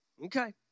Okay